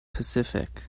pacific